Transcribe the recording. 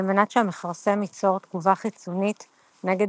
על מנת שהמכרסם ייצור תגובה חיסונית כנגד